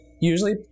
usually